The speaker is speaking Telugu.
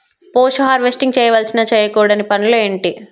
పోస్ట్ హార్వెస్టింగ్ చేయవలసిన చేయకూడని పనులు ఏంటి?